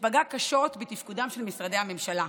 שפגע קשות בתפקודם של משרדי הממשלה.